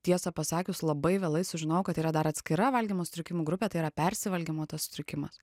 tiesą pasakius labai vėlai sužinojau kad yra dar atskira valgymo sutrikimų grupė tai yra persivalgymo tas sutrikimas